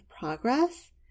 progress